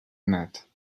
net